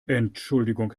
entschuldigung